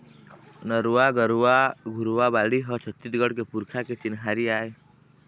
नरूवा, गरूवा, घुरूवा, बाड़ी ह छत्तीसगढ़ के पुरखा के चिन्हारी आय